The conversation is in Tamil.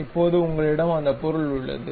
இப்போது உங்களிடம் அந்த பொருள் உள்ளது